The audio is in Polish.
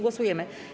Głosujemy.